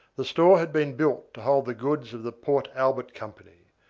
the store had been built to hold the goods of the port albert company.